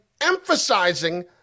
emphasizing